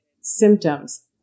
symptoms